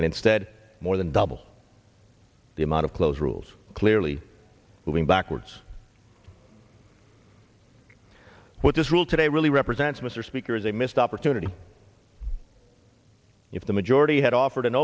and instead more than double the amount of close rules clearly moving backwards what this rule today really represents mr speaker is a missed opportunity if the majority had offered an